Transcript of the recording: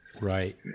Right